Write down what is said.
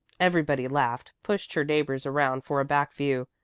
everybody laughed, pushed her neighbors around for a back view,